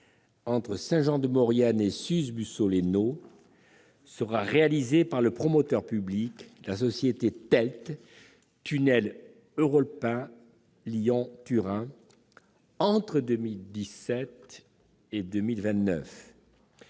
entre Saint-Jean-de-Maurienne et Suse-Bussoleno, sera réalisée par le promoteur public, la société TELT- Tunnel Euralpin Lyon-Turin -, entre 2017 et 2029.